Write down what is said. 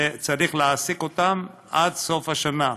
וצריך להעסיק אותם עד סוף השנה,